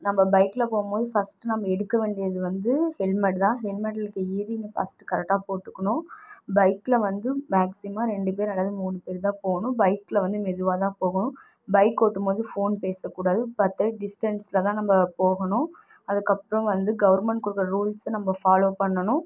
நம்ம பைக்கில் போகும்மோது ஃபர்ஸ்ட்டு நம்ம எடுக்க வேண்டியது வந்து ஹெல்மெட் தான் ஹெல்மெட்டில் இருக்க இயரிங்கை ஃபர்ஸ்ட்டு கரெக்டாக போட்டுக்கணும் பைக்கில் வந்து மேக்சிமம் ரெண்டு பேர் அல்லது மூணு பேர் தான் போகணும் பைக்கில் வந்து மெதுவாக தான் போகணும் பைக் ஓட்டும்போது ஃபோன் பேசக்கூடாது பத்தடி டிஸ்டன்ஸில் தான் நம்ம போகணும் அதுக்கப்றம் வந்து கவுர்மெண்ட் குடுக்கிற ரூல்ஸை நம்ம ஃபாலோ பண்ணணும்